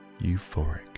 euphoric